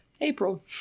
April